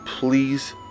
Please